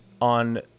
on